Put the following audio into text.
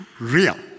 real